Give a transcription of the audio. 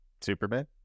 Superman